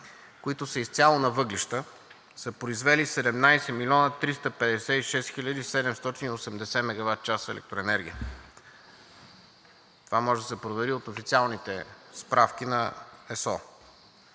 които са изцяло на въглища, са произвели 17 млн. 356 хил. 780 мегаватчаса електроенергия. Това може да се провери от официалните справки на ЕСО.